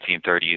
1930s